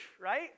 right